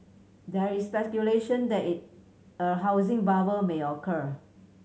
there is speculation that is a housing bubble may occur